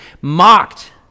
Mocked